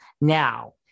Now